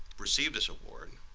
receive this award.